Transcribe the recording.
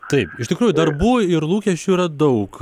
taip iš tikrųjų darbų ir lūkesčių yra daug